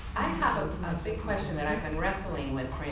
i have a big question that i've been wrestling with,